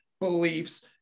beliefs